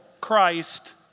Christ